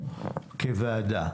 כוועדה: